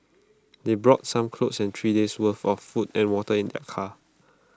they brought some clothes and three days' worth of food and water in their car